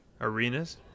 arenas